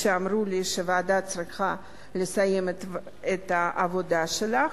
כשאמרו לי שהוועדה צריכה לסיים את העבודה שלה.